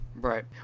right